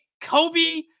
Kobe